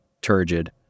turgid